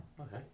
Okay